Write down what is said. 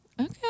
Okay